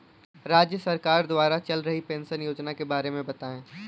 राज्य सरकार द्वारा चल रही पेंशन योजना के बारे में बताएँ?